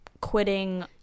quitting